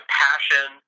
passion